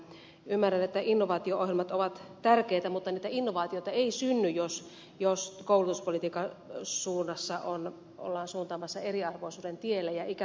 ymmärrän että innovaatio ohjelmat ovat tärkeitä mutta niitä innovaatioita ei synny jos koulutuspolitiikan suunnassa ollaan suuntaamassa eriarvoisuuden tielle